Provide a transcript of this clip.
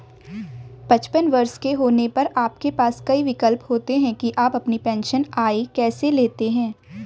पचपन वर्ष के होने पर आपके पास कई विकल्प होते हैं कि आप अपनी पेंशन आय कैसे लेते हैं